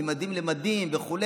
ממדים ללימודים וכו',